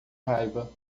raiva